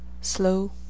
Slow